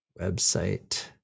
website